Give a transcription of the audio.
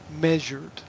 measured